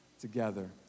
together